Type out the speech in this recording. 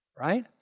Right